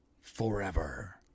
Forever